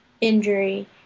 injury